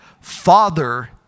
Father